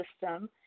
system